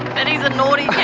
and he's a naughty